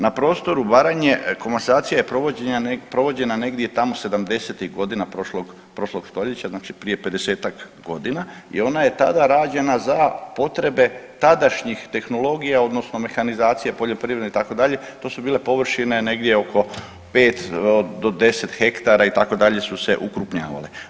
Na prostoru Baranje komasacija je provođena negdje takom '70.-ih godina prošlog, prošlog stoljeća, znači prije pedesetak godina i ona je tada rađena za potrebe tadašnjih tehnologija odnosno mehanizacije poljoprivredne itd., to su bile površine negdje oko 5 do 10 hektara itd. su se okrupnjavale.